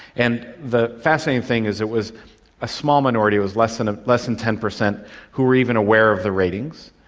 and the fascinating thing is it was a small minority, it was less than ah less than ten percent who were even aware of the ratings.